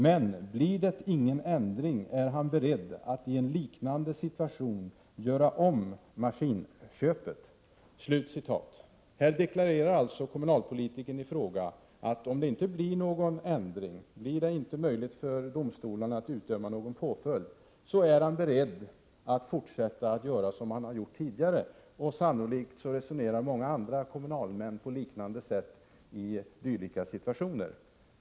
Men blir det ingen ändring är han beredd att i en liknande situation göra om maskininköpet.” Kommunalpolitikern i fråga deklarerar alltså att han, om det inte blir någon ändring — om det inte blir möjligt för domstolarna att utdöma påföljd — är beredd att fortsätta att göra som han tidigare har gjort. Sannolikt resonerar många andra kommunalmän på liknande sätt i dylika situationer.